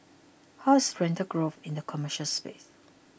how is the rental growth in the commercial space